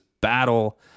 battle